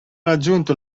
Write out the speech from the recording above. raggiunto